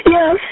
Yes